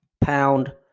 pound